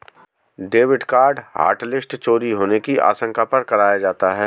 debit card hotlist चोरी होने की आशंका पर कराया जाता है